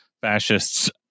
fascists